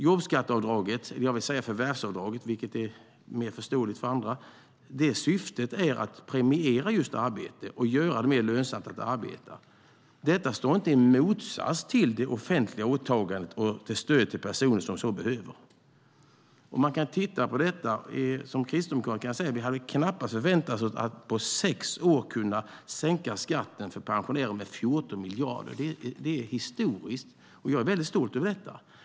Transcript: Jobbskatteavdraget - jag vill säga "förvärvsavdraget", vilket är mer förståeligt för andra - syftar just till att premiera arbete och göra det mer lönsamt att arbeta. Det står inte i motsats till det offentliga åtagandet och stöd till personer som så behöver. Som kristdemokrat kan jag säga att vi knappast hade förväntat oss att på sex år kunna sänka skatten för pensionärer med 14 miljarder. Det är historiskt, och jag är väldigt stolt över detta.